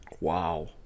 Wow